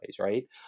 Right